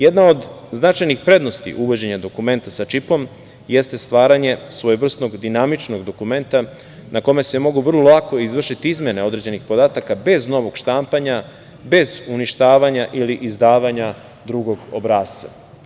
Jedna od značajnih prednosti uvođenja dokumenata, sa čipom jeste stvaranje svojevrsnog dinamičnog dokumenta, na kome se mogu vrlo lako izvršiti izmene određenih podataka, bez novog štampanja, bez uništavanja ili izdavanja drugog obrasca.